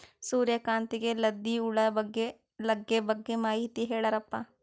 ಸೂರ್ಯಕಾಂತಿಗೆ ಲದ್ದಿ ಹುಳ ಲಗ್ಗೆ ಬಗ್ಗೆ ಮಾಹಿತಿ ಹೇಳರಪ್ಪ?